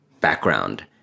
background